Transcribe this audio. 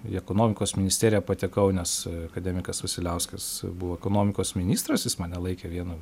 į ekonomikos ministeriją patekau nes akademikas vasiliauskas buvo ekonomikos ministras jis mane laikė vienu